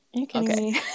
Okay